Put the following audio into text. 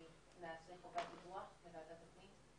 להציע חובת דיווח לוועדת הפנים?